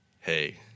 hey